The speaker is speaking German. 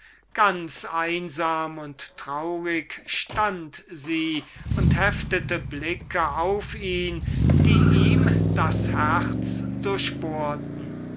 ganz einsam und traurig stand sie und heftete blicke auf ihn die ihm das herz